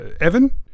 Evan